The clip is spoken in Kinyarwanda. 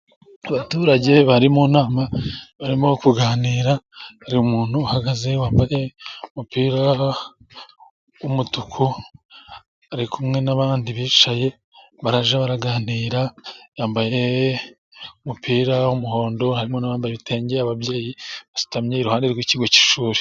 Abaturage bari mu nama barimo kuganira, hari umuntu uhagaze wambaye umupira w'umutuku, arikumwe n'abandi bicaye, baraje baraganira, yambaye umupira w'umuhondo, harimo n'abambaye ibitenge, ababyeyi basutamye, iruhande rw'ikigo cy'ishuri.